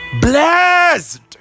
blessed